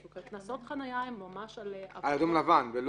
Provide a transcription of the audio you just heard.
קנסות חניה הן ממש על אדום-לבן, על